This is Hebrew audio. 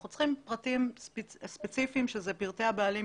אנחנו צריכים פרטים ספציפיים שהם פרטי הבעלים,